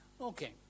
Okay